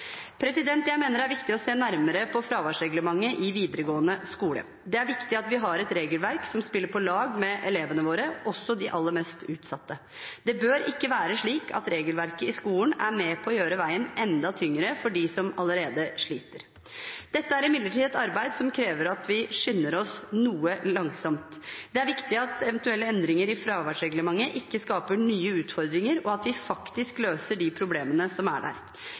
Jeg mener det er viktig å se nærmere på fraværsreglementet i videregående skole. Det er viktig at vi har et regelverk som spiller på lag med elevene våre, også de aller mest utsatte. Det bør ikke være slik at regelverket i skolen er med på å gjøre veien enda tyngre for dem som allerede sliter. Dette er imidlertid et arbeid som krever at vi skynder oss noe langsomt. Det er viktig at eventuelle endringer i fraværsreglementet ikke skaper nye utfordringer, og at vi faktisk løser de problemene som er der.